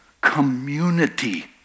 Community